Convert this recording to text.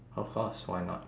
of course why not